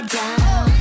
down